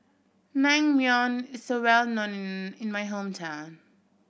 naengmyeon is well known in my hometown